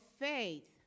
faith